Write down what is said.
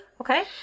Okay